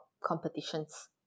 competitions